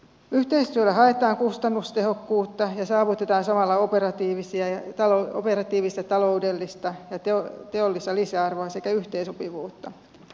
yhteistyöllä haetaan kustannustehokkuutta ja saavutetaan samalla operatiivista taloudellista ja teollista lisäarvoa sekä yhteensopivuutta